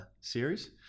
series